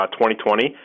2020